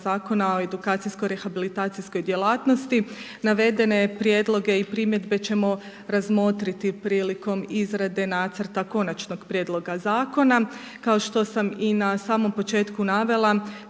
Zakona o edukacijsko rehabilitacijskog djelatnosti. Navedene prijedloge i primjedbe ćemo razmotriti prilikom izrade nacrta konačnog prijedloga zakona. Kao što sam i na samom početku navela,